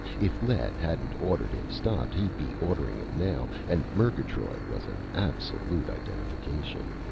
if lett hadn't ordered him stopped, he'd be ordering it now. and murgatroyd was an absolute identification.